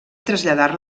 traslladar